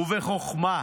ובחוכמה.